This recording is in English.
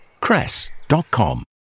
cress.com